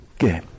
Okay